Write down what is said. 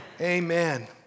Amen